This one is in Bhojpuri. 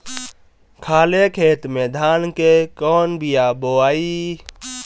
खाले खेत में धान के कौन बीया बोआई?